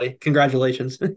Congratulations